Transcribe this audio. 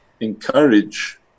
encourage